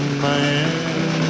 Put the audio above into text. man